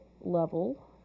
level